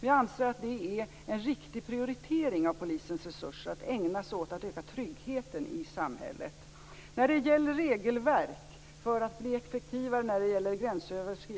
Jag anser att det är en riktig prioritering av polisens resurser att ägna sig åt att öka tryggheten i samhället. När det gäller regelverk för större effektivitet i